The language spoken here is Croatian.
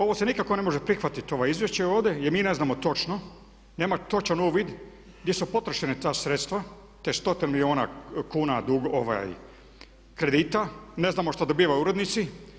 Ovo se nikako ne može prihvatiti ovo izvješće ovdje jer mi ne znamo točno, nemamo točan uvid gdje su potrošena ta sredstva te stotine milijuna kuna kredita, ne znamo što dobivaju urednici.